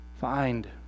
find